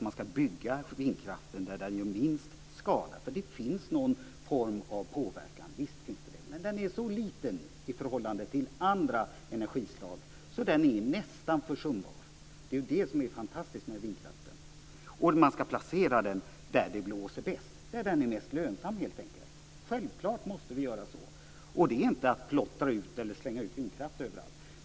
Man ska bygga vindkraftverk där de gör minst skada, eftersom det finns någon form av påverkan. Visst finns det det. Men den är så liten i förhållande till andra energislag att den nästan är försumbar. Det är ju det som är fantastiskt med vindkraften. Och man ska placera den där det blåser bäst - helt enkelt där den är mest lönsam. Självklart måste vi göra så. Och det är inte att plottra ut eller slänga ut vindkraftverk överallt.